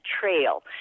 trail